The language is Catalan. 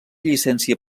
llicència